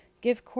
Give